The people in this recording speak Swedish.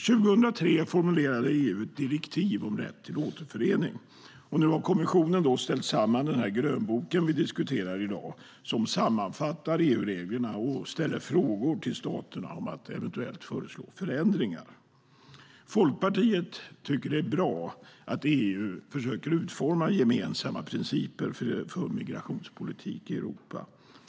År 2003 formulerade EU ett direktiv om rätt till återförening, och nu har kommissionen ställt samman den grönbok som vi diskuterar i dag, som sammanfattar EU-reglerna och ställer frågor till staterna om att eventuellt föreslå förändringar. Folkpartiet tycker att det är bra att EU försöker utforma gemensamma principer för migrationspolitik i Europa.